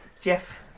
Jeff